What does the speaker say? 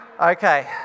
Okay